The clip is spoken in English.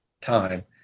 time